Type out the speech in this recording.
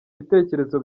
bitekerezo